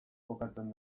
kokatzen